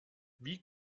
wie